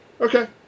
okay